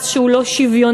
מס שהוא לא שוויוני,